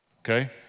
okay